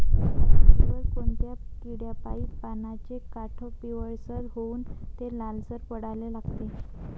पऱ्हाटीवर कोनत्या किड्यापाई पानाचे काठं पिवळसर होऊन ते लालसर पडाले लागते?